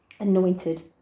anointed